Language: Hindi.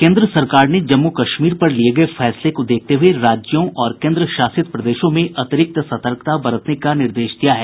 केन्द्र सरकार ने जम्मू कश्मीर पर लिये गये फैसले को देखते हुए राज्यों और केन्द्रशासित प्रदेशों में अतिरिक्त सतर्कता बरतने का निर्देश दिया है